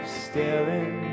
staring